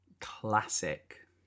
classic